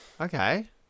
Okay